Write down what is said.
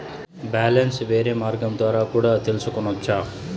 Balance వేరే మార్గం ద్వారా కూడా తెలుసుకొనొచ్చా?